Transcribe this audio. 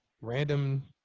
random